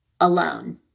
alone